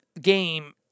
game